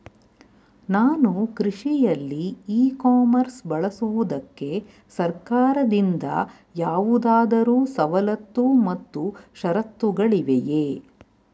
ನಾನು ಕೃಷಿಯಲ್ಲಿ e commerce ಬಳಸುವುದಕ್ಕೆ ಸರ್ಕಾರದಿಂದ ಯಾವುದಾದರು ಸವಲತ್ತು ಮತ್ತು ಷರತ್ತುಗಳಿವೆಯೇ?